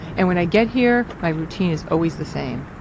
and when i get here, my routine is always the same.